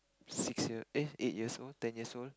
six year eh eight years old ten years old